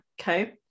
Okay